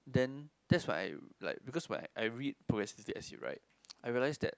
then that's what I like because when I I read progressively as he write I realise that